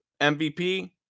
MVP